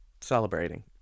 celebrating